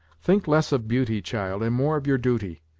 think less of beauty, child, and more of your duty,